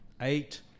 eight